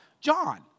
John